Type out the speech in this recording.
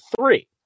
three